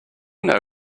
know